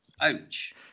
Ouch